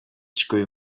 screw